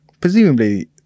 Presumably